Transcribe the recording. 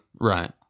Right